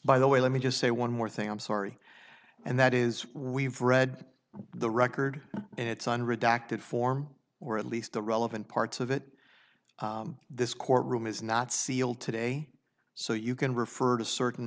by the way let me just say one more thing i'm sorry and that is we've read the record and it's on redacted form or at least the relevant parts of it this courtroom is not sealed today so you can refer to certain